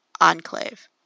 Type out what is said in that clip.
Enclave